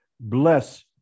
Bless